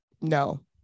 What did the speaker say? no